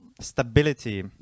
Stability